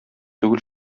түгел